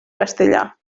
castellar